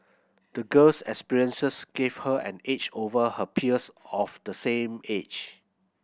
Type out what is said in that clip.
the girl's experiences gave her an edge over her peers of the same age